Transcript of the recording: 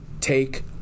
take